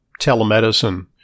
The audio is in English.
telemedicine